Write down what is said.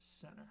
center